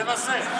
תנסה.